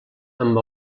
amb